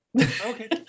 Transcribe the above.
Okay